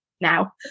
now